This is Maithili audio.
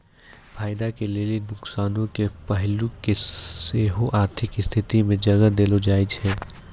फायदा के लेली नुकसानो के पहलू के सेहो आर्थिक स्थिति मे जगह देलो जाय छै